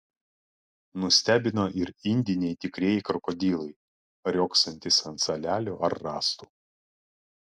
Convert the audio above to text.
nustebino ir indiniai tikrieji krokodilai riogsantys ant salelių ar rąstų